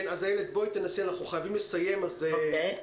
איילת, אנחנו חייבים לסיים, אז תסכמי.